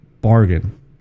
bargain